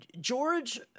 George